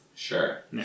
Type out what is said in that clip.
Sure